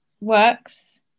works